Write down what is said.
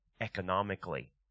economically